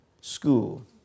school